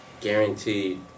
guaranteed